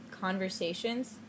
conversations